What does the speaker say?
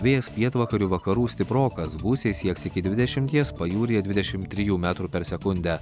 vėjas pietvakarių vakarų stiprokas gūsiai sieks iki dvidešimties pajūryje dvidešim trijų metrų per sekundę